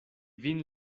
vin